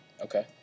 Okay